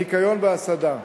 הניקיון וההסעדה.